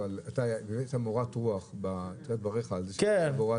העלית מורת רוח בדבריך על כך שזאת הוראת